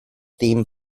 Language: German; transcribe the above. dem